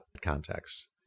context